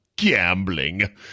gambling